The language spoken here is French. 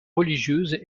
religieuse